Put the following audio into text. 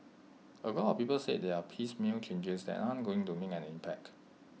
A lot of people say they are piecemeal changes that aren't going to make an impact